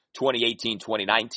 2018-2019